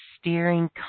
steering